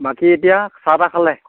বাকী এতিয়া চাহ তাহ খালে